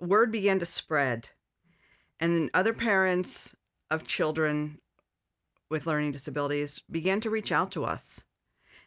word began to spread and other parents of children with learning disabilities began to reach out to us